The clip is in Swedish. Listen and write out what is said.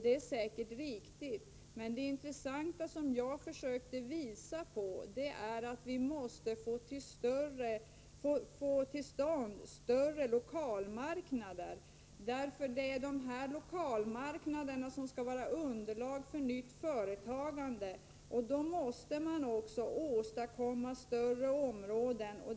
Det är säkert riktigt, men det intressanta, som jag försökte visa, är att vi måste få till stånd större lokalmarknader. Det är lokalmarknaderna som skall vara underlag för nytt företagande, och då måste man också åstadkomma större områden.